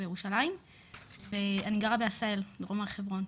בירושלים ואני גרה בעשהאל דרום הר חברון.